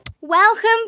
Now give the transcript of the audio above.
Welcome